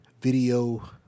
video